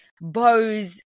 bows